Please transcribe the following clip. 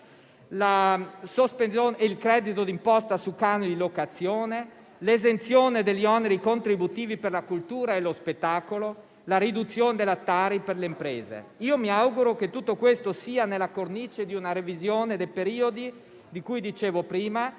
il credito di imposta sul canone di locazione, l'esenzione degli oneri contributivi per la cultura e lo spettacolo, la riduzione della Tari per le imprese. Mi auguro che tutto questo rientri nella cornice di una revisione dei periodi di cui dicevo prima,